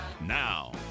Now